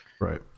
right